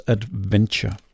Adventure